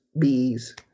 bees